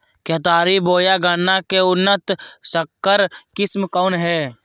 केतारी बोया गन्ना के उन्नत संकर किस्म कौन है?